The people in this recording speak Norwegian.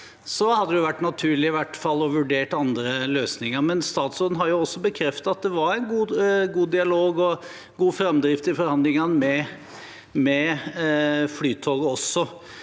hadde det vært naturlig i hvert fall å vurdere andre løsninger, men statsråden har jo også bekreftet at det var en god dialog og god framdrift i forhandlingene med Flytoget.